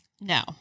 No